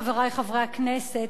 חברי חברי הכנסת,